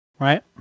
Right